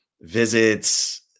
visits